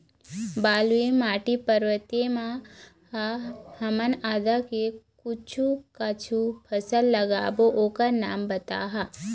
बलुई माटी पर्वतीय म ह हमन आदा के कुछू कछु फसल लगाबो ओकर नाम बताहा?